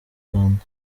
rwanda